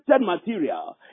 material